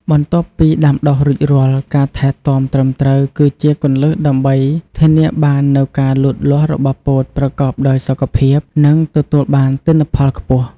បន្ទាប់ពីដាំដុះរួចរាល់ ការថែទាំត្រឹមត្រូវគឺជាគន្លឹះដើម្បីធានាបាននូវការលូតលាស់របស់ពោតប្រកបដោយសុខភាព និងទទួលបានទិន្នផលខ្ពស់។